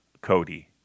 Cody